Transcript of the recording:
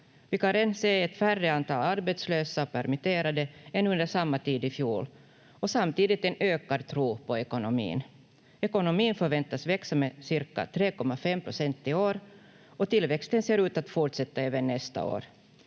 Vi kan redan se ett färre antal arbetslösa och permitterade än under samma tid i fjol och samtidigt en ökad tro på ekonomin. Ekonomin förväntas växa med cirka 3,5 procent i år och tillväxten ser ut att fortsätta även nästa år.